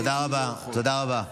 תודה רבה, תודה רבה.